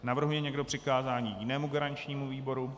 Navrhuje někdo přikázání jinému garančnímu výboru?